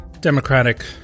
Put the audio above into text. democratic